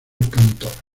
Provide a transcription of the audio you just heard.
cantor